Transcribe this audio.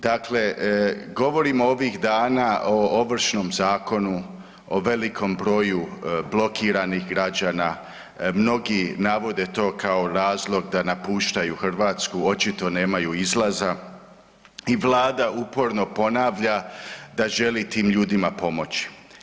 Dakle, govorimo ovih dana o Ovršnom zakonu, o velikom broju blokiranih građana, mnogi navode to kao razlog da napuštaju Hrvatsku, očito nemaju izlaza i vlada uporno ponavlja da želi tim ljudima pomoći.